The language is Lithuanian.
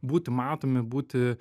būti matomi būti